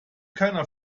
keiner